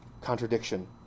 contradiction